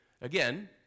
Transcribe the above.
Again